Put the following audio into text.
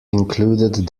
included